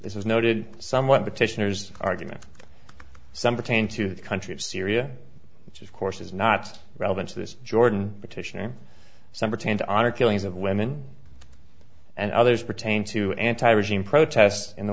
is noted somewhat petitioners argument that some pertain to the country of syria which of course is not relevant to this jordan petition or some pertain to honor killings of women and others pertain to anti regime protests in the